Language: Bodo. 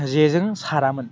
जेजों सारामोन